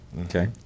Okay